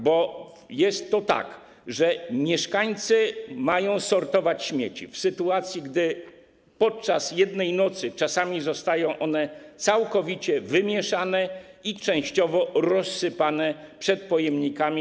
Bo jest to tak, że mieszkańcy mają sortować śmieci, w sytuacji gdy czasami podczas jednej nocy zostają one całkowicie wymieszane i częściowo rozsypane przed pojemnikami.